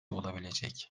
olabilecek